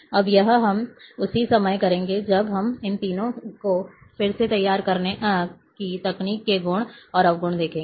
अब यह हम उसी समय करेंगे जब हम इन तीनों को फिर से तैयार करने की तकनीक के गुण और अवगुण देखेंगे